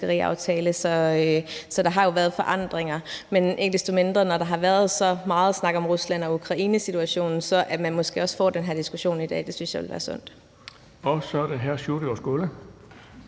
så der har jo været forandringer. Men at man, når der har været så meget snak om Rusland og Ukraine-situationen, måske også får den diskussion i dag, synes jeg vil være sundt. Kl. 10:02 Den fg.